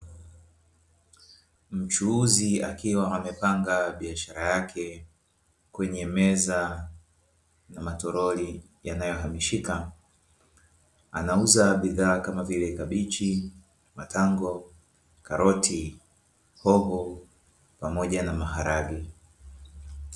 Mchuuzi akiwa amepanga biashara yake kwenye meza ya matoroli yanayohamishika,,anauza bidhaa kama vile kabichi,,matango, karoti,,hoho pamoja na maharage.